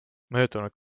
möödunud